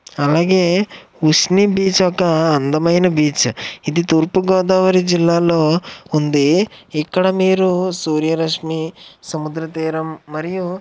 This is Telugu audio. అలాగే ఉశ్ని బీచ్ ఒక అందమైన బీచ్ ఇది తూర్పుగోదావరి జిల్లాలో ఉంది ఇక్కడ మీరు సూర్యరశ్మి సముద్రతీరం మరియు